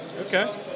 Okay